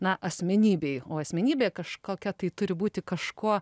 na asmenybei o asmenybė kažkokia tai turi būti kažkuo